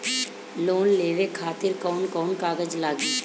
Loan लेवे खातिर कौन कौन कागज लागी?